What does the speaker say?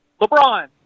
LeBron